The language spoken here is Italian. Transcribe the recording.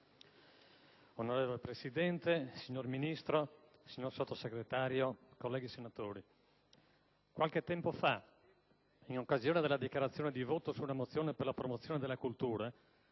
Onorevole Presidente, signor Ministro, signor Sottosegretario, colleghi senatori, qualche tempo fa, in occasione della dichiarazione di voto sulla mozione per la promozione della cultura,